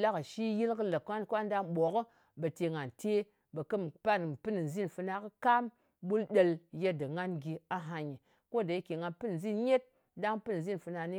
lakɨshi kɨ lē ka nda ɓòkɨ, ɓe te nga te, ɓe kɨm pan pɨn nzin fana kɨ kam ɓul ɗel yadda ngan gyi ahanyɨ. Ko ɗa yike nga pɨn nzin nyet, ɗang pɨn nzin fana kɨni